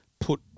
put